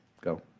go